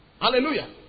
Hallelujah